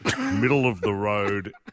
middle-of-the-road